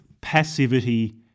passivity